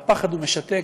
והפחד הוא משתק,